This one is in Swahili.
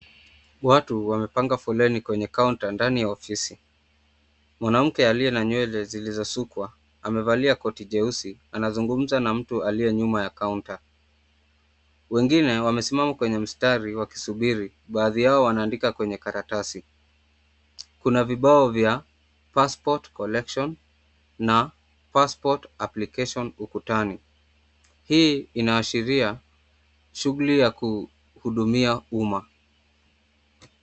Watu wamepanga foleni kwenye kaunta ndani ya ofisi, mwanamke aliye na nywele zilizosukwa amevalia koti jeusi anazungumza na mtu aliye nyuma ya kaunta. Wengine wamesimama kwenye mstari wakisubiri, baadhi yao wanaandika kwenye karatasi. Kuna vibao vya passport collection na passport application ukutani. Hii inaashiria shughuli ya kuhudumia umma.